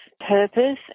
purpose